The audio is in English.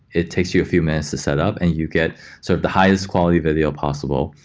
it takes you a few minutes to set up and you get so the highest quality video possible,